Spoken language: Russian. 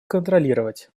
контролировать